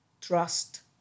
Trust